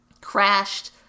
crashed